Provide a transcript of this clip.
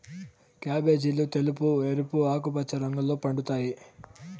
క్యాబేజీలు తెలుపు, ఎరుపు, ఆకుపచ్చ రంగుల్లో పండుతాయి